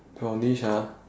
brownish ah